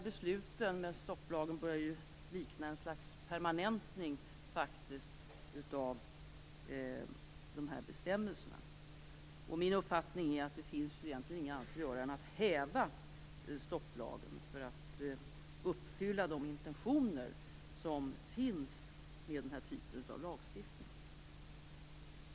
Besluten om stopplagen börjar ju likna ett slags permanentning av de här bestämmelserna. Min uppfattning är att det egentligen inte finns något annat att göra än att häva stopplagen för att uppfylla de intentioner som finns med den här typen av lagstiftning.